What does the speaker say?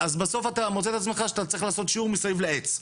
אז בסוף אתה מוצא את עצמך שאתה צריך לעשות שיעור מסביב לעץ.